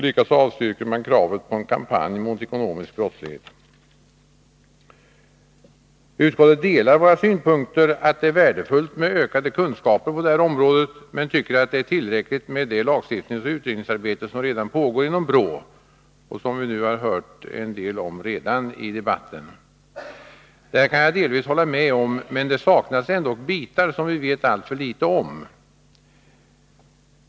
Likaså avstyrker man kravet på en kampanj mot ekonomisk brottslighet. Utskottet delar våra synpunkter att det är värdefullt med ökade kunskaper på det här området men tycker att det är tillräckligt med det lagstiftningsoch utredningsarbete som redan pågår inom BRÅ och som vi har hört en del om i debatten. Detta kan jag delvis hålla med om, men det saknas ändock bitar, som vi vet alltför litet om.